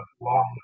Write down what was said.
long